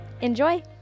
Enjoy